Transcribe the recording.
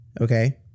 okay